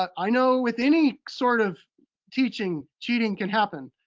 i know with any sort of teaching, cheating can happen.